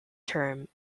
term